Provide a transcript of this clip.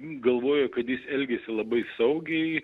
galvojo kad jis elgiasi labai saugiai